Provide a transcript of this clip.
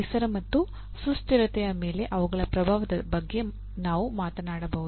ಪರಿಸರ ಮತ್ತು ಸುಸ್ಥಿರತೆಯ ಮೇಲೆ ಅವುಗಳ ಪ್ರಭಾವದ ಬಗ್ಗೆ ನಾವು ಮಾತನಾಡಬಹುದು